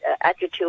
attitude